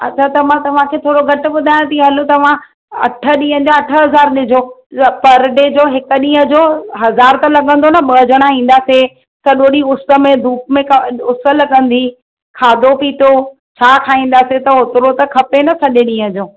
अच्छा त मां तव्हांखे थोरो घटि ॿुधायां थी हलो तव्हां अठ ॾींहं जा अठ हज़ार ॾिजो पर डे जो हिकु ॾींहं जो हज़ार त लॻंदो न ॿ ॼणा ईंदासीं सॼो डींहुं उस में धूप में कमु उस लॻंदी खाधो पीतो छा खाईंदासीं त होतिरो त खपे न सॼे ॾींहं जो